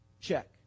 check